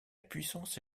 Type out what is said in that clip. puissance